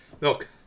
Milk